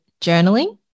journaling